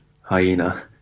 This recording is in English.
hyena